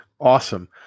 Awesome